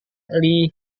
lee